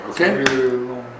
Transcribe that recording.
Okay